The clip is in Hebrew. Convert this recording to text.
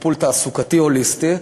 טיפול תעסוקתי הוליסטי.